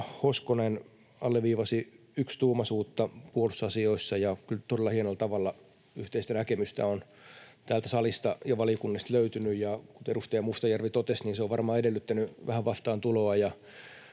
Hoskonen alleviivasi yksituumaisuutta puolustusasioissa, ja kyllä todella hienolla tavalla yhteistä näkemystä on täältä salista ja valiokunnista löytynyt. Ja kuten edustaja Mustajärvi totesi, se on varmaan edellyttänyt vähän vastaantuloa